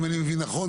אם אני מבין נכון,